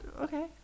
Okay